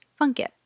Funkit